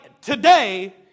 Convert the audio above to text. today